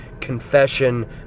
confession